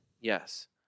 Yes